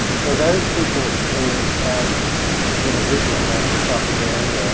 for those people who have been a victim of the propaganda,